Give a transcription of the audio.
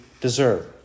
deserve